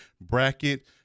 bracket